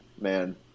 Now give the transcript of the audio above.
man